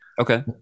Okay